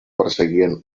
perseguien